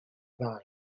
ddau